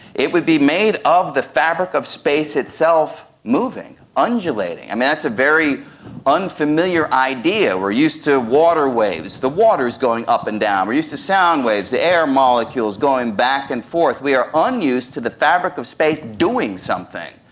it would be made of the fabric of space itself moving, undulating. and that's a very unfamiliar idea. we are used to water waves, the water going up and down, we are used to sound waves, the air molecules going back and forth. we are unused to the fabric of space doing something.